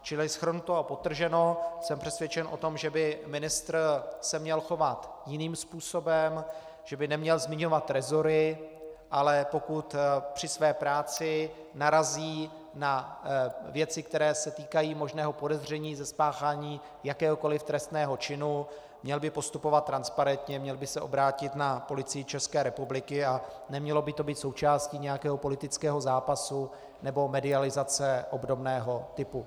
Čili shrnuto a podtrženo, jsem přesvědčen o tom, že by se ministr měl chovat jiným způsobem, že by neměl zmiňovat trezory, ale pokud při své práci narazí na věci, které se týkají možného podezření ze spáchání jakéhokoli trestného činu, měl by postupovat transparentně, měl by se obrátit na Policii České republiky a nemělo by to být součástí nějakého politického zápasu nebo medializace obdobného typu.